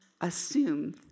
assume